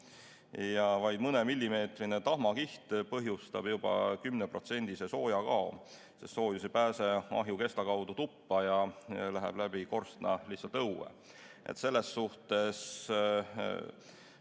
Vaid mõnemillimeetrine tahmakiht põhjustab juba 10%‑lise soojakao, sest soojus ei pääse ahju kesta kaudu tuppa ja läheb korstna kaudu lihtsalt õue.